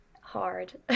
hard